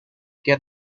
get